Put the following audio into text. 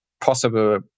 possible